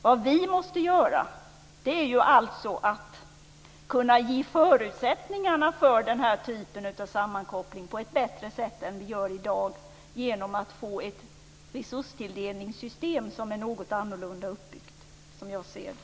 Vad vi måste göra är alltså att kunna ge förutsättningarna för den här typen av samhällskoppling på ett bättre sätt än i dag genom att få, som jag ser det, ett resursfördelningssystem som är något annorlunda uppbyggt.